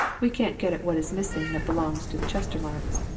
we can't get at what is missing that belongs to the chestermarkes.